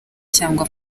cyangwa